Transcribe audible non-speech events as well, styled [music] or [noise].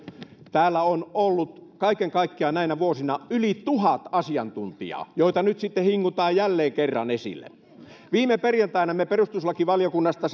täällä on ollut kaiken kaikkiaan näinä vuosina yli tuhat asiantuntijaa joita nyt sitten hingutaan jälleen kerran esille viime perjantaina me perustuslakivaliokunnasta [unintelligible]